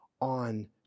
on